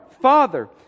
Father